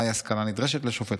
מהי השכלה נדרשת לשופט?